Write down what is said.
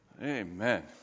amen